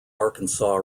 arkansas